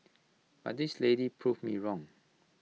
but this lady proved me wrong